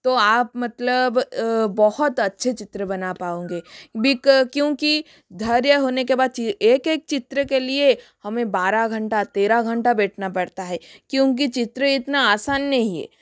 तो आप मतलब बहुत अच्छे चित्र बना पाओगे बिक क्योंकि धैर्य होने के बाद एक एक चित्र के लिए हमें बारह घंटा तेरह घंटा बैठना पड़ता है क्योंकि चित्र इतना आसान नहीं है